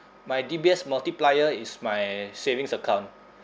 my D_B_S multiplier is my savings account